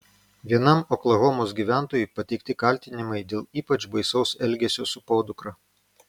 vienam oklahomos gyventojui pateikti kaltinimai dėl ypač baisaus elgesio su podukra